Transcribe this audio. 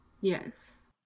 Yes